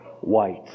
white